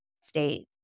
state